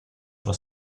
sua